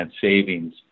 savings